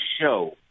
show